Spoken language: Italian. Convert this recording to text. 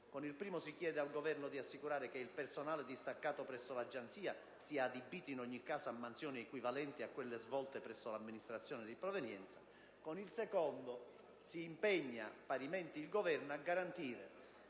con il primo si chiede al Governo di assicurare che il personale distaccato presso l'Agenzia sia adibito in ogni caso a mansioni equivalenti a quelle svolte presso l'amministrazione di provenienza. Con il secondo si impegna parimenti il Governo a garantire